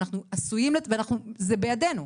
זה בידינו.